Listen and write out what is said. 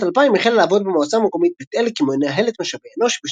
בשנת 2000 החלה לעבוד במועצה המקומית בית אל כמנהלת משאבי אנוש,